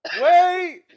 wait